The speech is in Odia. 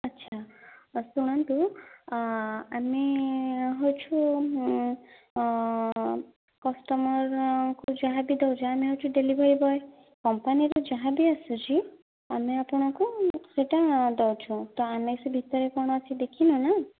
ଆଚ୍ଛା ହଉ ଶୁଣନ୍ତୁ ଆମେ ହେଉଛୁ କଷ୍ଟମର କୁ ଯାହାବି ଦେଉଛୁ ଆମେ ହେଉଛୁ ଡେଲିଭରି ବୟ କମ୍ପାନୀର ଯାହା ବି ଆସୁଛି ଆମେ ଆପଣଙ୍କୁ ସେହିଟା ଦେଉଛୁ ତ ଆମେ ସେହି ଭିତରେ କ'ଣ ଅଛି ଦେଖିନୁ ନା